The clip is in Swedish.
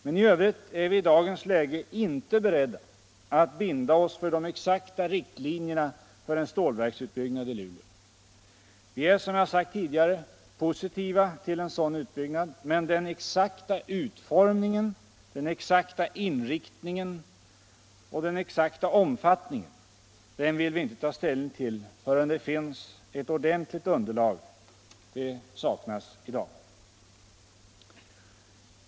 Men i övrigt är vi i dagens läge inte beredda att binda oss för de exakta riktlinjerna för en stålverksutbyggnad i Luleå. Vi är, som jag sagt tidigare, positiva till en sådan utbyggnad. Men den exakta utformningen, den exakta inriktningen, den exakta omfattningen — den vill vi inte ta ställning till förrän det finns ett ordentligt underlag. Det saknas i dag.